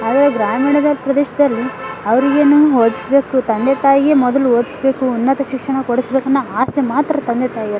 ಹಾಗಾಗಿ ಗ್ರಾಮೀಣದ ಪ್ರದೇಶದಲ್ಲಿ ಅವರಿಗೇನು ಓದಿಸ್ಬೇಕು ತಂದೆ ತಾಯಿಗೆ ಮೊದಲು ಓದಿಸ್ಬೇಕು ಉನ್ನತ ಶಿಕ್ಷಣ ಕೊಡಿಸ್ಬೇಕನ್ನೊ ಆಸೆ ಮಾತ್ರ ತಂದೆ ತಾಯಿಗಿರುತ್ತೆ